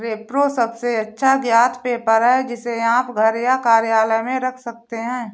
repro सबसे अच्छा ज्ञात पेपर है, जिसे आप घर या कार्यालय में रख सकते हैं